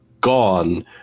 gone